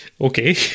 okay